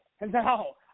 no